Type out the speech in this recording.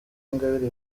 ingabire